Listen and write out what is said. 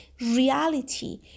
reality